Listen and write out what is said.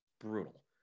Brutal